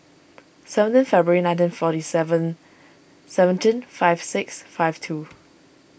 seventeen February nineteen forty seven seventeen five six five two